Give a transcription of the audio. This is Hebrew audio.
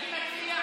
אני מציע,